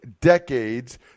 decades